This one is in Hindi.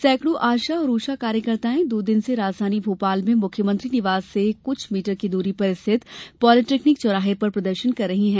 सैकड़ों आशा और ऊषा कार्यकर्ताएं दो दिन से राजधानी भोपाल में मुख्यमंत्री निवास से कुछ मीटर की दूरी पर स्थित पॉलीटेक्निक चौराहे पर प्रदर्शन कर रही हैं